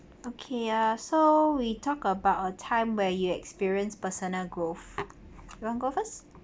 okay ah so we talk about our time where you experienced personal growth you want to go first